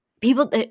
People –